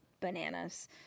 bananas